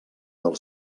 del